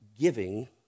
giving